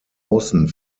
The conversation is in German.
außen